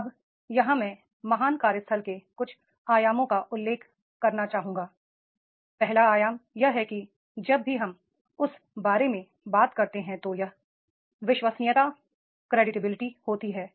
अब यहाँ मैं महान कार्यस्थल के कुछ आयामों का उल्लेख करना चाहूंगा पहला आयाम यह है कि जब भी हम उस बारे में बात करते हैं तो वह क्रेडिविलिटी होती है